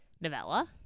novella